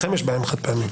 לכם יש בעיה עם חד פעמי.